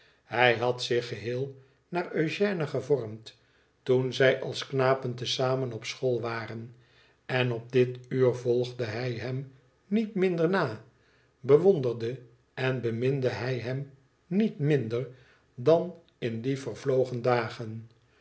hij had zich geheel naar eugène gevormd toen zij als knapen te zamen qp school waren en op dit uur volgde bij hem niet minder na bewonderde en beminde hij hem niet minder dan in die vervlogen dagen